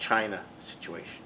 china situation